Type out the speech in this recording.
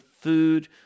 food